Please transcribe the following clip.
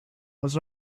was